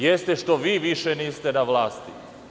Jeste što vi više niste na vlasti.